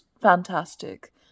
fantastic